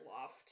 loft